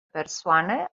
persoane